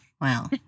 Wow